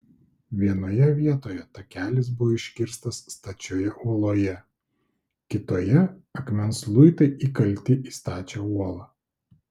vienoje vietoje takelis buvo iškirstas stačioje uoloje kitoje akmens luitai įkalti į stačią uolą